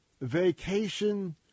vacation